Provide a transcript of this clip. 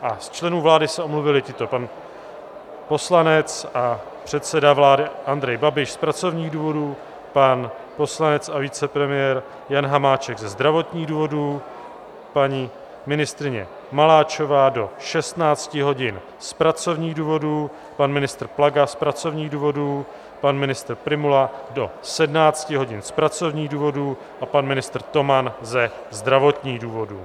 A z členů vlády se omluvili tito: pan poslanec a předseda vlády Andrej Babiš z pracovních důvodů, pan poslanec a vicepremiér Jan Hamáček ze zdravotních důvodů, paní ministryně Maláčová do 16 hodin z pracovních důvodů, pan ministr Plaga z pracovních důvodů, pan ministr Prymula do 17 hodin z pracovních důvodů a pan ministr Toman ze zdravotních důvodů.